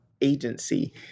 agency